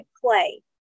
play